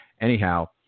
anyhow